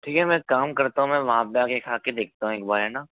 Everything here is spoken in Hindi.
ठीक है मैं एक काम करता हूँ मैं वहाँ पे आके खा के देखता हूँ एक बार है ना